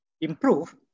improve